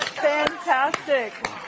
Fantastic